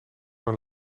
een